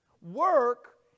Work